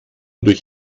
durch